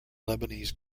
lebanese